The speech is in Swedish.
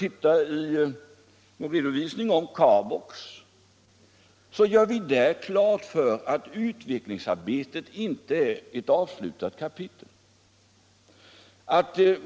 I vår redovisning över AB Carbox gör vi klart att utvecklingsarbetet inte är ett avslutat kapitel.